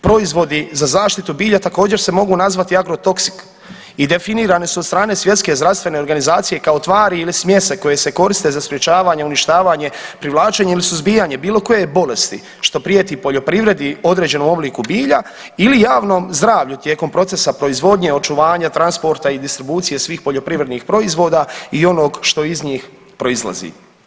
Proizvodi za zaštitu bilja također se mogu nazvati agrotoksik i definirane su od strane Svjetske zdravstvene organizacije kao tvari ili smjese koje se koriste za sprječavanje, uništavanje, privlačenje ili suzbijanje bilo koje bolesti što prijeti poljoprivredi, određenom obliku bilja ili javnom zdravlju tijekom procesa proizvodnje, očuvanja, transporta i distribucije svih poljoprivrednih proizvoda i onog što iz njih proizlazi.